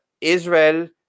israel